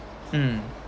mm